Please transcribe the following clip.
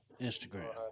Instagram